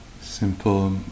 Simple